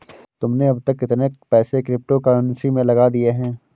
तुमने अब तक कितने पैसे क्रिप्टो कर्नसी में लगा दिए हैं?